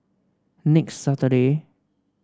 next Saturday